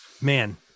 man